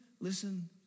listen